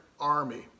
army